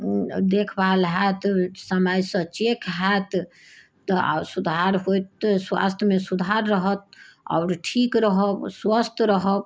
देखभाल होयत समयसँ चेक होयत तऽ सुधार होयत स्वास्थ्यमे सुधार रहत आओर ठीक रहब स्वस्थ रहब